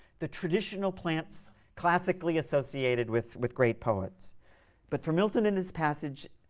the traditional plants classically associated with with great poets but for milton in this passage,